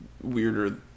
weirder